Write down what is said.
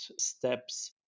steps